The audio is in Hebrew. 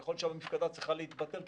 יכול להיות שהמפקדה צריכה להתפטר,